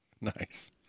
Nice